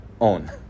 own